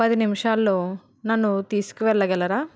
పది నిమిషాలలో నన్ను తీసుకు వెళ్ళగలరా